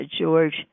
George